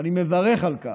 ואני מברך על כך.